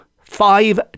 five